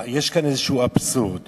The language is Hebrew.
יש כאן איזשהו אבסורד.